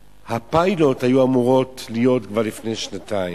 והפיילוט היה אמור להיות כבר לפני שנתיים.